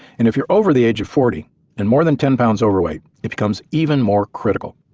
and if you're over the age of forty and more than ten pounds overweight, it becomes even more critical.